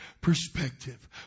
perspective